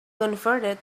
converted